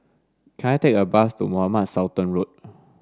can I take a bus to Mohamed Sultan Road